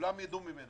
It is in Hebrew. כולם יידעו ממנה.